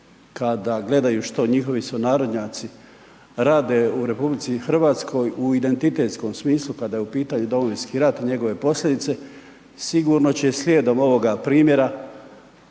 kada gledaju što njihovi sunarodnjaci rade u RH u identitetskom smislu, kada je u pitanju Domovinski rat i njegove posljedice, sigurno će slijedom ovoga primjera